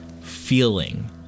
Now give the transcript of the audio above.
feeling